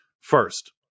first